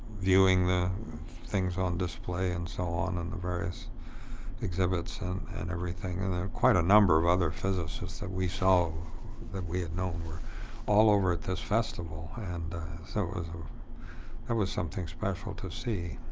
viewing the things on display and so on, and the various exhibits and and everything. and there were quite a number of other physicists that we saw that we had known were all over at this festival. and so um that was something special to see.